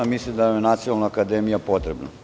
Mislim da je nacionalna akademija potrebna.